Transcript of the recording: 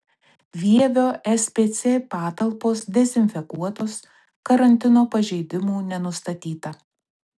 vievio spc patalpos dezinfekuotos karantino pažeidimų nenustatyta